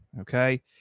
okay